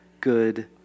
good